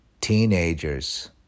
teenagers